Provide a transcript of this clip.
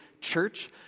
church